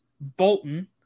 Bolton